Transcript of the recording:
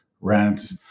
rent